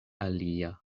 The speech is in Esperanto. alia